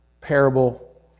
parable